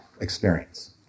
experience